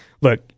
Look